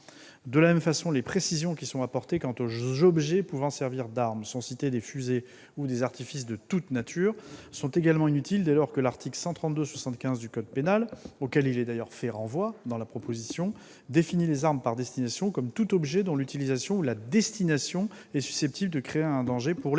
De même, les précisions apportées quant aux objets pouvant servir d'armes- fusées ou artifices de toute nature -sont également inutiles, dès lors que l'article 132-75 du code pénal, auquel il est d'ailleurs fait renvoi, définit l'arme par destination comme tout objet dont l'utilisation ou la destination est susceptible de créer un danger pour les personnes.